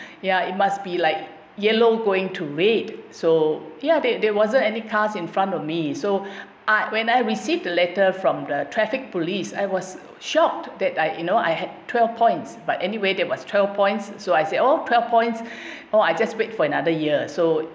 ya it must be like yellow going to read so ya there there wasn't any cars in front of me so I when I received the letter from the traffic police I was shocked that I you know I had twelve points but anyway there was twelve points so I said oh twelve points oh I just wait for another year so